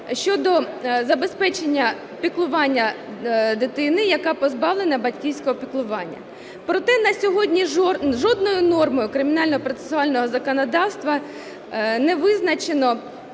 щодо забезпечення піклування дитини, яка позбавлена батьківського піклування. Проте на сьогодні жодною нормою кримінального процесуального законодавства не визначено,